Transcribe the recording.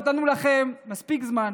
נתנו לכם מספיק זמן.